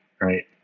right